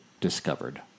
discovered